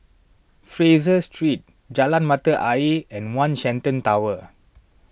Fraser Street Jalan Mata Ayer and one Shenton Tower